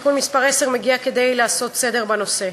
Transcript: תיקון מס' 10 מגיע כדי לעשות סדר בנושא.